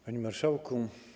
Panie Marszałku!